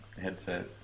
headset